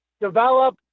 develop